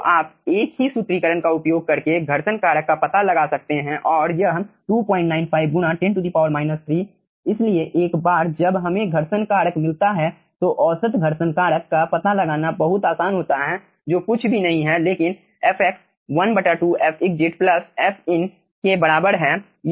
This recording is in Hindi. तो आप एक ही सूत्रीकरण का उपयोग करके घर्षण कारक का पता लगा सकते हैं और यह 295 गुणा 10 3 इसलिए एक बार जब हमें घर्षण कारक मिलता है तो औसत घर्षण कारक का पता लगाना बहुत आसान होता है जो कुछ भी नहीं है लेकिन fx 12 f exit plus f in के बराबर है